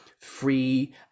free